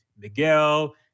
Miguel